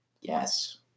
Yes